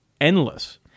endless